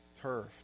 turf